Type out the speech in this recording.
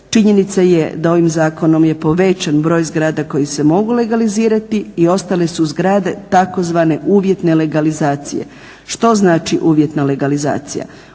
Činjenica je da ovim zakonom je povećan broj zgrada koje se mogu legalizirati i ostale su zgrade tzv. uvjetne legalizacije. Što znači uvjetna legalizacija?